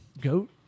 goat